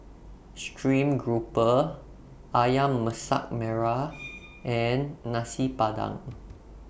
Stream Grouper Ayam Masak Merah and Nasi Padang